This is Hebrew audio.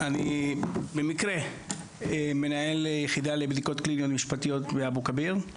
אני במקרה מנהל יחידה לבדיקות קליניות משפטיות באבו כביר,